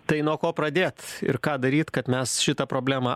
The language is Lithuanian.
tai nuo ko pradėt ir ką daryt kad mes šitą problemą